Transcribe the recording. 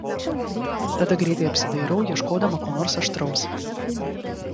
tada greitai apsidairau ieškodama ko nors aštraus